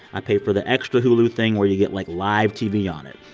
i pay for the extra hulu thing where you get, like, live tv on it.